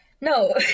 No